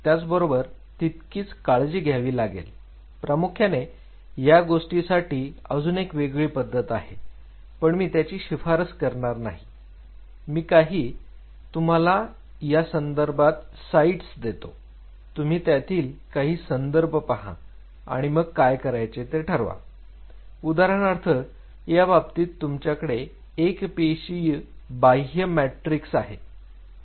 त्याचबरोबर तितकीच काळजी घ्यावी लागेल प्रामुख्याने या गोष्टीसाठी अजुन एक वेगळी पद्धती आहे पण मी त्याची शिफारस करणार नाही मी काही तुम्हाला संदर्भाबाबत साइट्स देतो तुम्ही त्यातील काही संदर्भ पहा आणि मग काय करायचे ते ठरवा उदाहरणार्थ याबाबतीत तुमच्याकडे एक पेशी बाह्य मॅट्रिक्स आहे